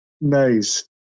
Nice